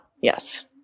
Yes